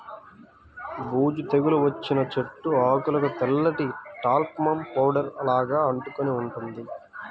బూజు తెగులు వచ్చిన చెట్టు ఆకులకు తెల్లటి టాల్కమ్ పౌడర్ లాగా అంటుకొని ఉంటుంది